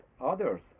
others